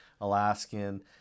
Alaskan